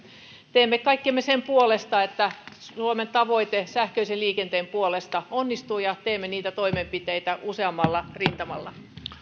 teemme kaikkemme sen puolesta että suomen tavoite sähköisen liikenteen puolesta onnistuu ja teemme niitä toimenpiteitä useammalla rintamalla